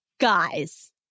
Guys